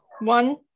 one